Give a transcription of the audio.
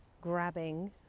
grabbing